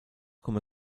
come